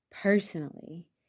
personally